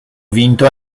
vinto